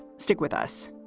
stick with us